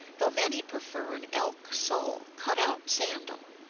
though many prefer an elk sole cut out sandal,